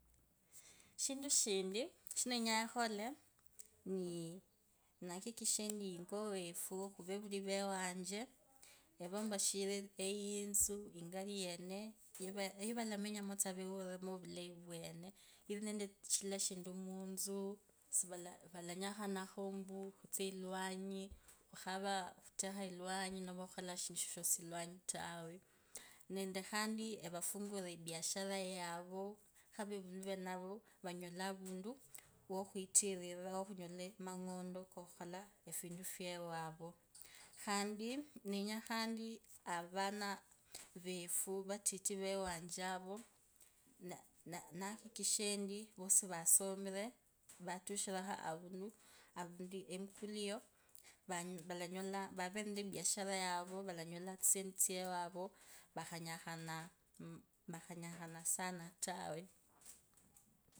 Shindu shintu shenenyango khukhota ni nakishe endi wofu avevuri vanje nivombashire eyitisu indayi yene yavorome nyamo tsa veurire vulayi vwene ivinende kila eshindu mutsu. Sivalanyakhanakho ombuu vatsie iwanyi khuteka iwanyi nomba khukhola shindu shasishosiwanyi tawe nende khandi evafungurira ebiashara yavo, kheavevuri vevavo vanyole avundu wokhwitiririao khunyola amang'ondo kokhukhola efindu fwewavo. Khandi ndenyanga avana refu, vatit vewanje avo, vosi vasomire vatushirakho avundu avundu, emukulu eyio, va- vala vavere nende biashara yavo valanyolanga tsisendi tsavo vakhanyakhana sana tawe.